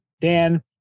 Dan